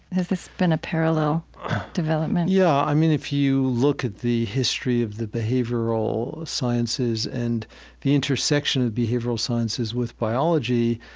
has this been a parallel development? yeah. i mean, if you look at the history of the behavioral sciences and the intersection of behavioral sciences with biology,